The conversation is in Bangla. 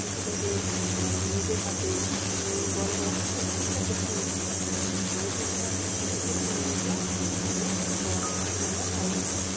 কৃষিটাকে নিজের হাতে বড় করা সব প্রত্যেকটা ক্ষেত্রে মেশিন দরকার হয় আর মেশিন ছাড়া একটা কৃষিকে ঠিকমতো ভাবে ফসল আনা সম্ভব নয়